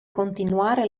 continuare